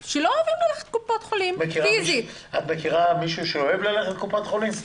את מכירה מישהו שאוהב ללכת לקופת חולים?